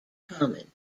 common